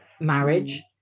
marriage